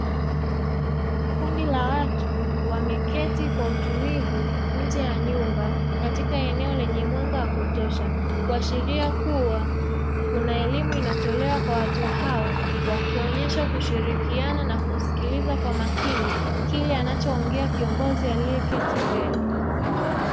Kundi la watu wameketi kwa utulivu nje ya nyumba. Katika eneo lenye mwanga wa kutosha kuashiria kuwa kuna elimu inatolewa kwa watu hao. Wakionyesha kushirikiana na kusikiliza kwa makini kile anachoongea kiongozi aliyeketi mbele.